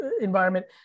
environment